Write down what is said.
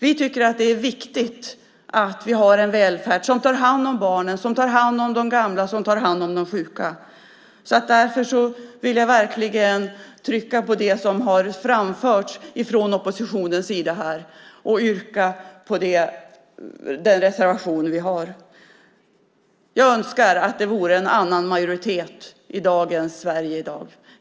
Vi tycker att det är viktigt att vi har en välfärd som tar hand om barnen, som tar hand om de gamla, som tar hand om de sjuka. Därför vill jag verkligen trycka på det som har framförts från oppositionens sida och yrka bifall till den reservation vi har. Jag önskar att det vore en annan majoritet i Sverige i dag.